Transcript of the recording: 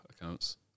accounts